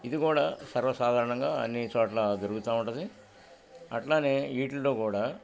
ఇది కూడా సర్వసధారణంగా అన్ని చోట్ల దొరుకుతా ఉంటది అట్లానే వీటిల్లో కూడా